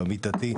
עמיתתי,